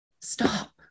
stop